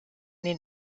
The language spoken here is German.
den